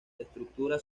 estructura